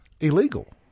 illegal